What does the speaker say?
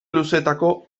luzetako